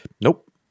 Nope